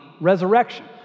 resurrection